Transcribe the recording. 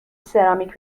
سرامیک